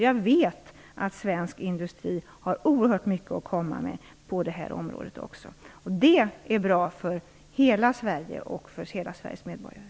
Jag vet att svensk industri har oerhört mycket att komma med på det här området, och det är bra för hela Sverige och för hela Sveriges medborgare.